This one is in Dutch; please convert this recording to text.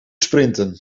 sprinten